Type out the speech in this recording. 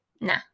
Nah